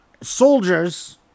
soldiers